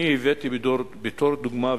הבאתי בתור דוגמה,